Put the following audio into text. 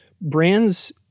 brands